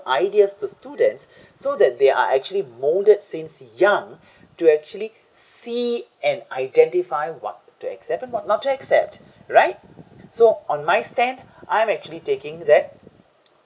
ideas to students so that they are actually molded since young to actually see and identify what to accept and what not to accept right so on my stand I'm actually taking that